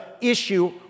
issue